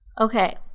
Okay